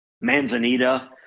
Manzanita